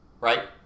Right